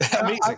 Amazing